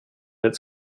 its